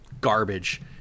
garbage